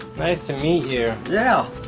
nice to meet you. yeah.